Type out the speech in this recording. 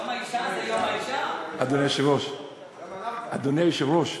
אדוני היושב-ראש,